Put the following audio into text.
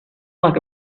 like